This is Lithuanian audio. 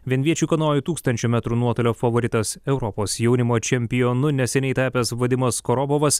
vienviečių kanojų tūkstančio metrų nuotolio favoritas europos jaunimo čempionu neseniai tapęs vadimas korobovas